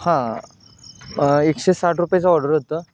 हां एकशे साठ रुपयाचं ऑर्डर होतं